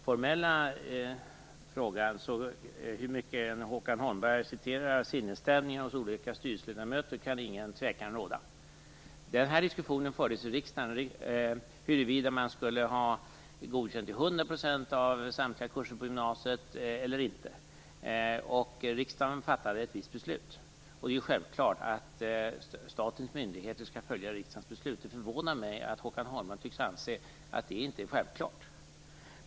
Fru talman! Hur mycket Håkan Holmberg än citerar sinnesstämningar hos olika styrelseledamöter kan ingen tvekan råda i den formella frågan. Diskussionen huruvida man skulle behöva godkänt betyg i 100 % av samtliga kurser på gymnasiet eller inte fördes i riksdagen. Riksdagen fattade sedan ett visst beslut. Självfallet skall statens myndigheter följa riksdagens beslut. Det förvånar mig att Håkan Holmberg tycks anse att detta inte är självklart.